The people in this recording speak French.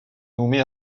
nommé